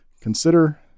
consider